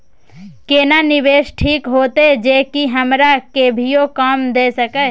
केना निवेश ठीक होते जे की हमरा कभियो काम दय सके?